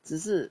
只是